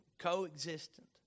Coexistent